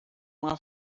uma